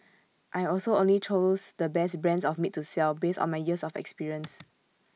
I also only choose the best brands of meat to sell based on my years of experience